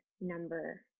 number